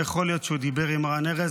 יכול להיות שהוא דיבר עם רן ארז,